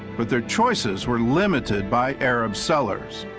but their choices were limited by arab sellers.